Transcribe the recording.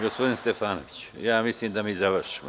Gospodine Stefanoviću, ja mislim da završimo.